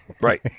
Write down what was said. Right